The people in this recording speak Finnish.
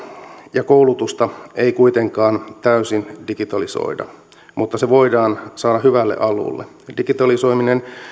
ja koulutusta ei kuitenkaan täysin digitalisoida mutta se voidaan saada hyvälle alulle digitalisoiminen